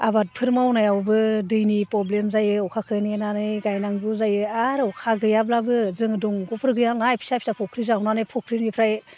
आबादफोर मावनायावबो दैनि प्रब्लेम जायो अखाखो नेनानै गायनांगौ जायो आरो अखा गैयाब्लाबो जोङो दंग'फोर गैयाना फिसा फिसा फुख्रि जावनानै फुख्रिनिफ्राय